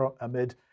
amid